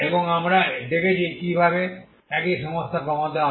এবং আমরাও দেখেছি কিভাবে একই সমস্যা কমাতে হয়